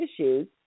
issues